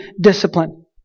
discipline